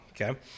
okay